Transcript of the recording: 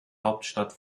hauptstadt